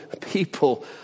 people